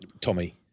Tommy